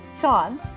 Sean